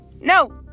no